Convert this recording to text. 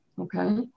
okay